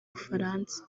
bufaransa